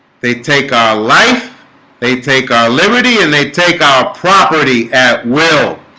they take our life they take our liberty and they take our property at will